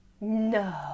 No